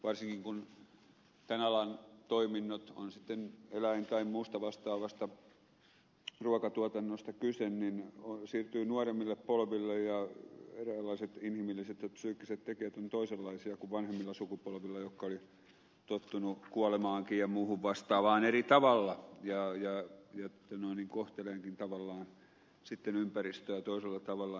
varsinkin kun tämän alan toiminnot on sitten eläin tai muusta vastaavasta ruokatuotannosta kyse siirtyvät nuoremmille polville eräänlaiset inhimilliset ja psyykkiset tekijät ovat toisenlaisia kuin vanhemmilla sukupolvilla jotka olivat tottuneet kuolemaankin ja muuhun vastaavaan eri tavalla ja kohtelemaankin tavallaan ympäristöä toisella tavalla